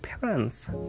parents